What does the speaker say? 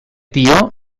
dio